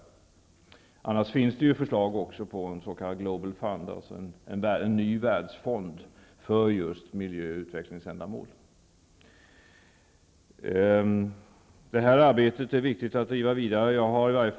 Det finns annars ett förslag om en s.k. Global Fund, dvs. en ny världsfond för just miljö och utvecklingsändamål. Det är viktigt att driva detta arbete vidare.